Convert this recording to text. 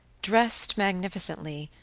dressed magnificently,